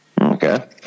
Okay